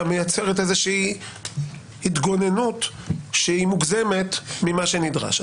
מייצרת איזושהי התגוננות שהיא מוגזמת ממה שנדרש.